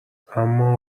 اما